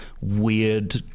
weird